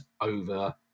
over